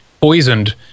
poisoned